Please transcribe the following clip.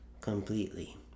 completely